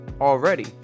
already